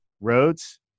roads